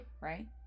Right